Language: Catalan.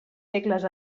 segles